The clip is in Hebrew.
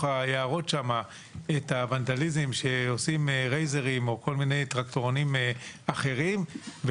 היערות שם את הוונדליזם שעושים רייזרים או כל מיני טרקטורונים אחרים.